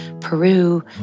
Peru